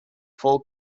full